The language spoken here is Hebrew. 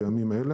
בימים אלה,